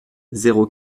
zéro